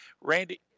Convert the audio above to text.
Randy